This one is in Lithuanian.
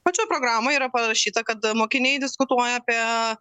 pačioj programoj yra parašyta kad mokiniai diskutuoja apie